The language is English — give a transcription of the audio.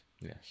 Yes